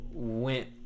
went